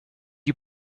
you